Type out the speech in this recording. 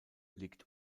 liegt